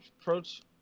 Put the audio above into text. approach